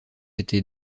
été